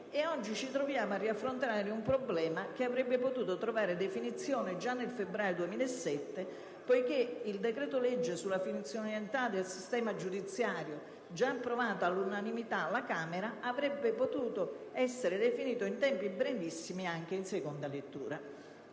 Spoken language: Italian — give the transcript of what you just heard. oggi ci troviamo a riaffrontare un problema che avrebbe potuto trovare definizione già nel febbraio 2007, poiché il decreto-legge sulla funzionalità del sistema giudiziario - già approvato all'unanimità alla Camera - avrebbe potuto essere definito in tempi brevissimi anche in seconda lettura.